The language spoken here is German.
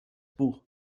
buch